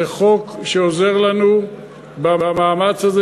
זה חוק שעוזר לנו במאמץ הזה,